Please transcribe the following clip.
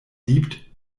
liebt